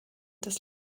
des